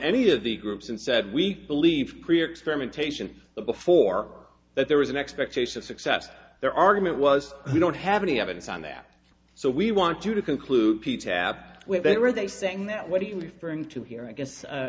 any of the groups and said we believe experimentation but before that there was an expectation of success their argument was we don't have any evidence on that so we want to conclude p tab where they were they saying that what are you referring to here i guess